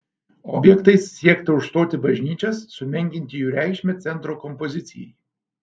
objektais siekta užstoti bažnyčias sumenkinti jų reikšmę centro kompozicijai